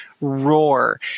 roar